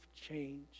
change